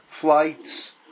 flights